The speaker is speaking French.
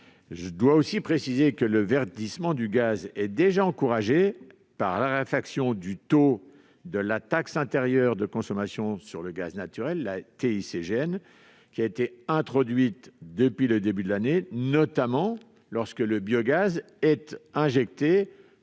Je dois aussi préciser que le verdissement du gaz est déjà encouragé par la réfaction du taux de la taxe intérieure de consommation sur le gaz naturel qui a été introduite depuis le début de l'année, notamment lorsque le biogaz est injecté